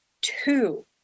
two